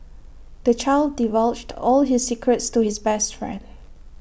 the child divulged all his secrets to his best friend